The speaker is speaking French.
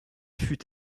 fut